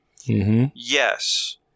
yes